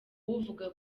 uvuga